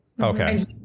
Okay